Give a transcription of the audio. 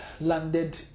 landed